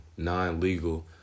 non-legal